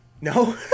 No